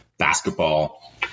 basketball